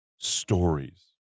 stories